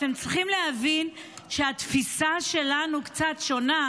אתם צריכים להבין שהתפיסה שלנו קצת שונה.